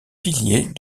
piliers